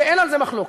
אין על זה מחלוקת.